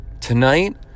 tonight